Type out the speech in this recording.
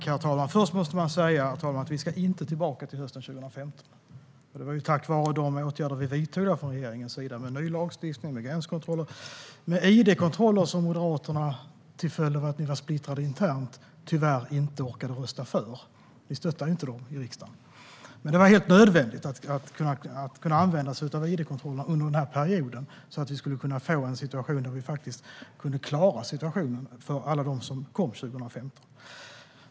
Herr talman! Först måste man säga att vi inte ska tillbaka till den situation som rådde hösten 2015. Det var tack vare de åtgärder vi då vidtog från regeringens sida, med en ny lagstiftning, gränskontroller och id-kontroller, som vi kunde klara situationen för alla dem som kom 2015. Till följd av att ni i Moderaterna var splittrade internt orkade ni tyvärr inte rösta för idkontrollerna. Ni stöttade inte dem i riksdagen. Men det var helt nödvändigt att kunna använda sig av id-kontroller under den här perioden.